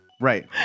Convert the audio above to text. Right